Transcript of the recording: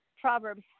Proverbs